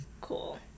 cool